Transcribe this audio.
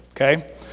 okay